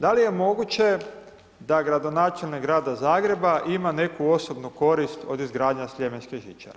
Da li je moguće da gradonačelnik Grada Zagreba ima neku osobnu korist od izgradnje sljemenske žičare?